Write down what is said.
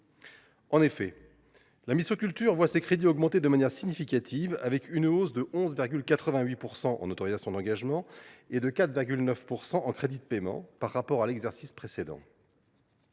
En effet, la mission « Culture » voit ses crédits augmenter de manière significative, avec une hausse de 11,88 % en autorisations d’engagement et de 4,9 % en crédits de paiement par rapport à l’exercice précédent.